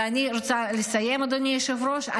ואני רוצה לסיים, אדוני היושב-ראש.